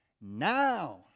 Now